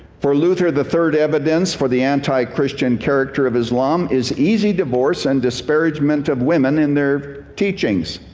for luther, the third evidence for the anti-christian character of islam is easy divorce and disparagement of women in their teachings.